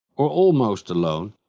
or almost alone,